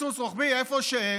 בזה וגם בזה, כי